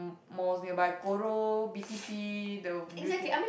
m~ malls nearby Koro B_T_P the Beauty-World